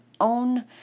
own